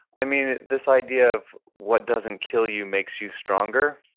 i mean, this idea of what doesn't kill you makes you stronger,